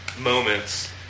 moments